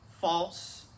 false